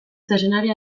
zezenari